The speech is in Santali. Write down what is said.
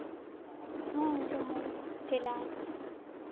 ᱱᱚᱣᱟ ᱡᱮᱢᱚᱱ ᱴᱮᱞᱟᱨ